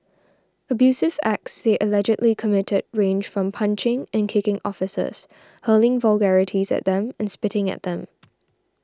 abusive acts they allegedly committed range from punching and kicking officers hurling vulgarities at them and spitting at them